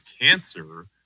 cancer